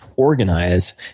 organize